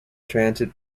transit